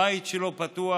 הבית שלו פתוח,